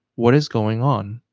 what is going on